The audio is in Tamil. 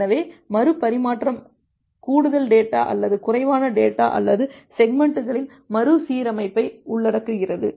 எனவே மறுபரிமாற்றம் கூடுதல் டேட்டா அல்லது குறைவான டேட்டா அல்லது செக்மெண்ட்களின் மறுசீரமைப்பை உள்ளடக்குகிறது